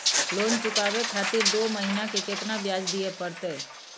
Loan चुकाबे खातिर दो महीना के केतना ब्याज दिये परतें?